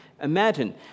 imagine